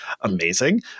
amazing